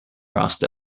rust